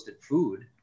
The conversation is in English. food